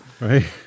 Right